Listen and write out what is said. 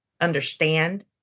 understand